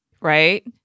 Right